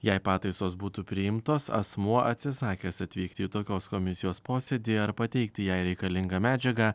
jei pataisos būtų priimtos asmuo atsisakęs atvykti į tokios komisijos posėdį ar pateikti jai reikalingą medžiagą